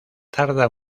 tarda